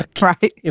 Right